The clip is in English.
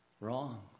Wrong